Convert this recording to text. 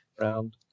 Round